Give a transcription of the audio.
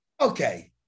Okay